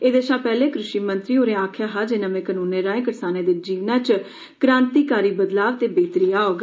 एदे शा पैहले कृषिमंत्री होरें आक्खेआ हा जे नमें कनूनें राएं करसानें दे जीवनै च क्रांतिकारी बदलाव ते बेहतरी औग